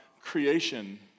creation